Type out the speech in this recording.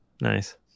Nice